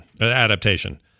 adaptation